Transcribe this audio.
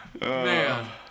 Man